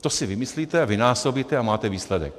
To si vymyslíte a vynásobíte a máte výsledek.